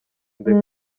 ndeka